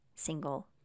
Single